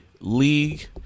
League